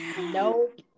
Nope